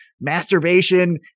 masturbation